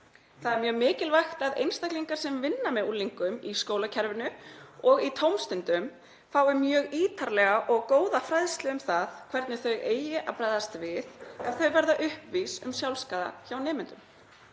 Það er mjög mikilvægt að einstaklingar sem vinna með unglingum í skólakerfinu og í tómstundum fái mjög ítarlega og góða fræðslu um það hvernig þau eigi að bregðast við ef þau verða vör við sjálfsskaða hjá nemendum.